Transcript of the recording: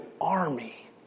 army